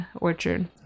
orchard